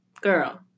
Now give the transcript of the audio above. Girl